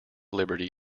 liberty